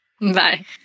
bye